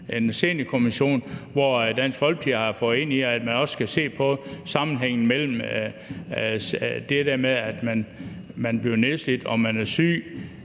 en seniorkommission, hvor Dansk Folkeparti har fået med, at man også skal se på det, i sammenhæng med om man bliver nedslidt og om man er syg.